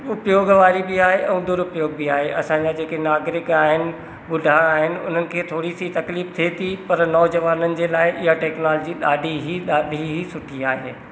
उपयोगु वारी बि आहे ऐं दुरूपयोगु बि आहे असांजा जेके नागरिक आहिनि बुढा आहिनि उन्हनि खे थोरी सी तकलीफ़ थिए थी पर नौजवाननि जी लाइ इहा टैक्नोलोजी ॾाढी ई ॾाढी ई सुठी आहे